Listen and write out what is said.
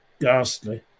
Ghastly